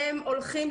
הם לא כולם